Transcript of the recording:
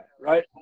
right